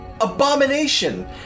abomination